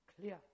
clear